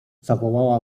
zawołała